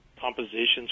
compositions